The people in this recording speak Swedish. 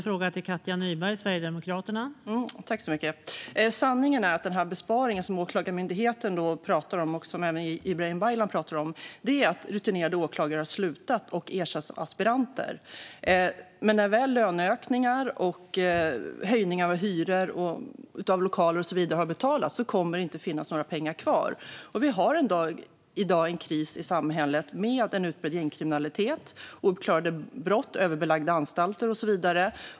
Fru talman! Sanningen är att den besparing som Åklagarmyndigheten och även Ibrahim Baylan pratar om har inneburit att rutinerade åklagare slutat och ersatts av aspiranter. Men när väl löneökningar, höjningar av lokalhyror och så vidare har betalats kommer det inte att finnas några pengar kvar. Vi har i dag en kris i samhället, med en utbredd gängkriminalitet, ouppklarade brott, överbelagda anstalter och så vidare.